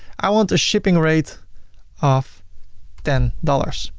i want a shipping rate of ten dollars.